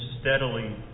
steadily